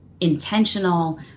intentional